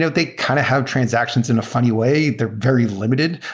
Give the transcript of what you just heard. so they kind of have transactions in a funny way. they're very limited,